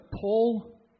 Paul